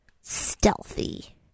stealthy